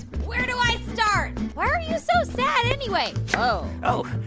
where do i start? why are you so sad, anyway? oh. oh,